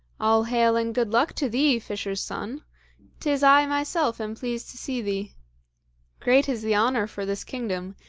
all hail and good luck to thee, fisher's son tis i myself am pleased to see thee great is the honour for this kingdom,